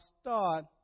start